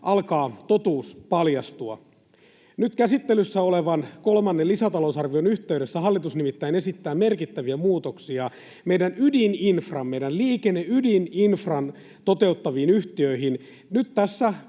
alkaa totuus paljastua. Nyt käsittelyssä olevan kolmannen lisätalousarvion yhteydessä hallitus nimittäin esittää merkittäviä muutoksia meidän liikenneydininfran toteuttaviin yhtiöihin. Nyt tässä